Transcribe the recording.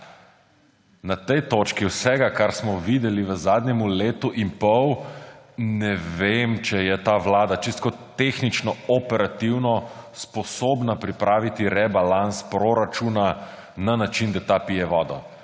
Na tej točki vsega, kar smo videli v zadnjem letu in pol, ne vem, če je ta vlada tehnično, operativno sposobna pripraviti rebalans proračuna na način, da ta pije vodo.